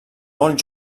molt